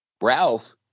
Ralph